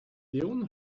leonie